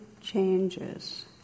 changes